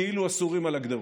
כאילו הסורים על הגדרות,